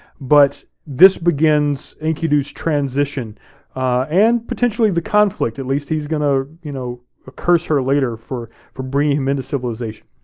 but this begins enkidu's transition and potentially the conflict, at least he's gonna you know curse her later for for bringing him into civilization.